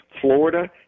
florida